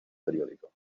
periódico